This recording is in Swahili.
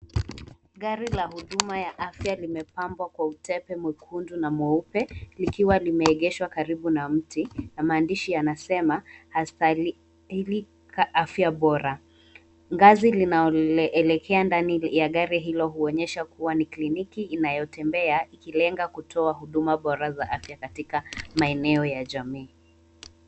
Gari la huduma ya afya limepambwa kwa utepe mwekundu na mweupe , likiwa limeegeshwa karibu na mti na maandishi yanasema yastahilika afya bora. Ngazi linaloelekea ndani ya gari hilo huonyesha kuwa ni kliniki inayotembea, ikilenga kutoa huduma bora za afya katika maeneo ya jamii.